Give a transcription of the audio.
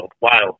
wild